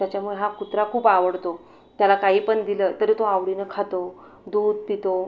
त्याच्यामुळे हा कुत्रा खूप आवडतो त्याला काहीपण दिलं तरी तो आवडीनं खातो दूध पितो